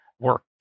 work